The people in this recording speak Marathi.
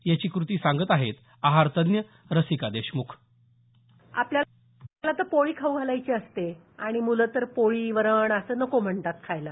याची कृती सांगत आहेत आहार तज्ज्ञ रसिका देशमुख आपल्याला तर पोळी खाऊ घालायची असते आणि मूलं तर पोळी वरण असं नको म्हणतात खायला